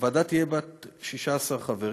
הוועדה תהיה בת 16 חברים,